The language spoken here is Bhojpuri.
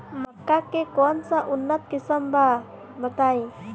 मक्का के कौन सा उन्नत किस्म बा बताई?